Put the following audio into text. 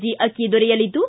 G ಅಕ್ಕಿ ದೊರೆಯಲಿದ್ದು